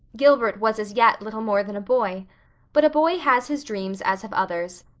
gilbert was as yet little more than a boy but a boy has his dreams as have others,